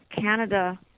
Canada